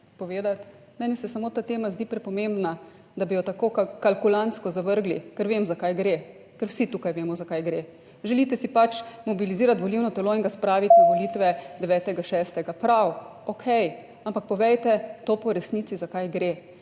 povedati? Meni se samo ta tema zdi prepomembna, da bi jo tako kalkulantsko zavrgli. Ker vem za kaj gre. Ker vsi tukaj vemo, za kaj gre. Želite si pač mobilizirati volilno telo in ga spraviti na volitve 9. 6. - prav, okej, ampak povejte to po resnici, za kaj gre.